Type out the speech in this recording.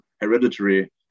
hereditary